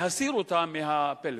להסיר אותה מהפלאפון.